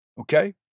Okay